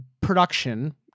production